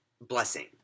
blessing